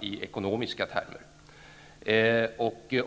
i ekonomiska termer.